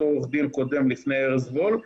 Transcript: עו"ד קודם לפני ארז וולף,